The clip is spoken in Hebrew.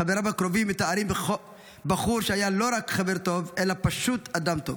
חבריו הקרובים מתארים בחור שהיה לא רק חבר טוב אלא פשוט אדם טוב,